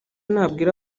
nabwira